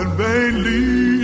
vainly